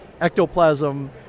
ectoplasm